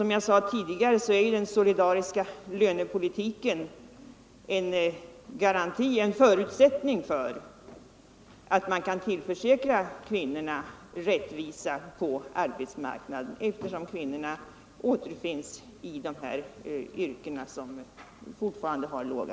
Som jag sade tidigare är den solidariska lönepolitiken en förutsättning för att man kan tillförsäkra kvinnorna rättvisa på arbetsmarknaden eftersom kvinnorna återfinns i de yrken där lönerna fortfarande är låga.